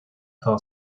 atá